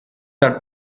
are